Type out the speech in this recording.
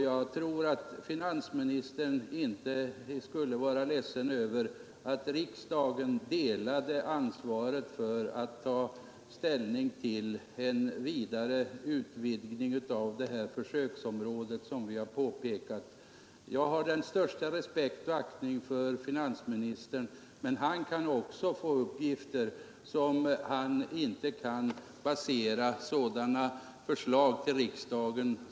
Jag tror att finansministern inte skulle vara missnöjd om riksdagen vore med och delade ansvaret när det gäller att ta ställning till en vidare utveckling av försöksverksamheten. Jag har den största respekt och aktning för finansministern, men han kan också få uppgifter på vilka det är svårt att basera förslag till riksdagen.